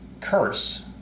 Curse